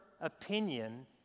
opinion